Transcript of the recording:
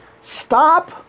stop